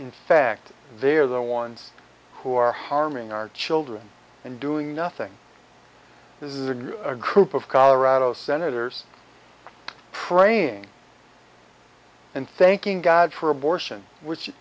in fact they are the ones who are harming our children and doing nothing this is a group of colorado senators praying and thanking god for abortion which